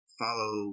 follow